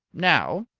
now,